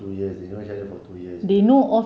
two year they know each other for two years